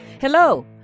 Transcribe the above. Hello